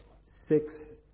six